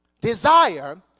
desire